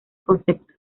concepto